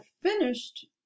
finished